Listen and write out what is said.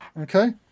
Okay